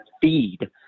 feed